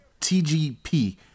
TGP